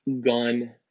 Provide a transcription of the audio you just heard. Gun